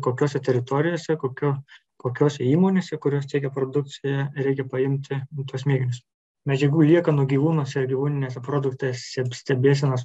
kokiose teritorijose kokiu kokiose įmonėse kurios tiekia produkciją reikia paimti tuos mėginius medžiagų liekanų gyvūnuose ir gyvūniniuose produktuos čia stebėsenos